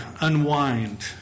unwind